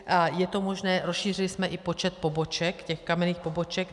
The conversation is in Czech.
A je to možné, rozšířili jsme i počet poboček, těch kamenných poboček.